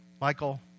Michael